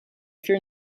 fear